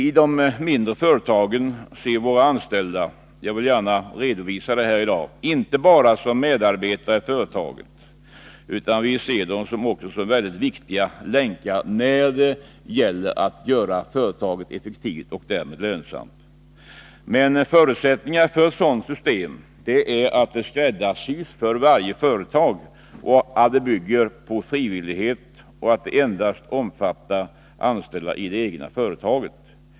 Jag vill gärna redovisa här att vi i de mindre företagen ser våra anställda inte bara som medarbetare i företagen utan också som mycket viktiga länkar när det gäller att göra företagen effektiva och därmed lönsamma. Men förutsättningen för ett sådant system är att det skräddarsys för varje företag, att det bygger på frivillighet och att det endast omfattar anställda i det egna företaget.